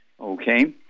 okay